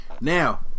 now